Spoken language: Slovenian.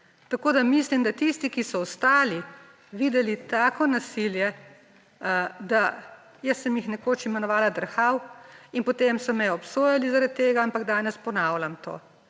prej. Mislim, da tisti, ki so ostali, videli tako nasilje, jaz sem jih nekoč imenovala drhal in potem so me obsojali zaradi tega, ampak danes ponavljam to,